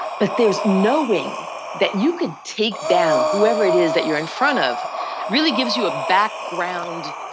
but there is knowing that you can take down whoever it is that you're in front of really gives you a background